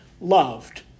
loved